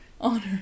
Honor